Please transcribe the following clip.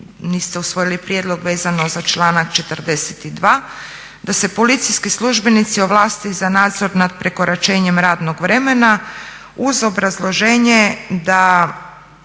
niste usvojili prijedlog vezan za članak 42.da se policijski službenici ovlaste i za nadzor nad prekoračenjem radnog vremena uz obrazloženje da